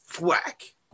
whack